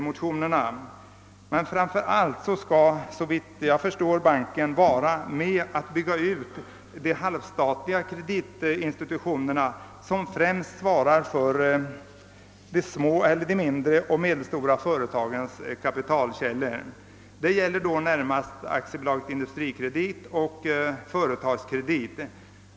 Men banken skall framför allt såvitt jag förstår vara med och bygga ut de halvstatliga kreditinstitutioner som främst svarar för de mindre och medelstora företagens kapitalförsörjning. Det gäller närmast AB Industrikredit och AB Företagskre dit.